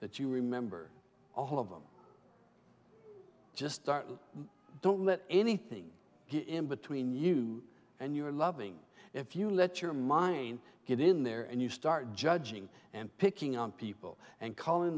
that you remember all of them just start don't let anything get in between you and your loving if you let your mind get in there and you start judging and picking on people and calling